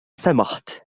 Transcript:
سمحت